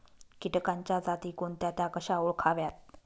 किटकांच्या जाती कोणत्या? त्या कशा ओळखाव्यात?